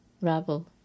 Ravel